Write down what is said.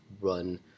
run